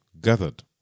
gathered